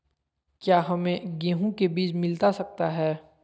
क्या हमे गेंहू के बीज मिलता सकता है?